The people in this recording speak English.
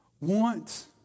Want